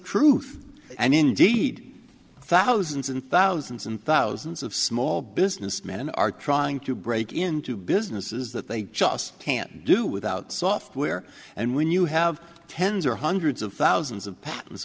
truth and indeed thousands and thousands and thousands of small business men are trying to break into businesses that they just can't do without software and when you have tens or hundreds of thousands of p